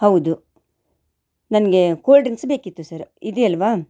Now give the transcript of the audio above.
ಹೌದು ನನಗೆ cold drinks ಬೇಕಿತ್ತು ಸರ್ ಇದೆ ಅಲ್ಲವಾ